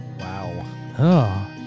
Wow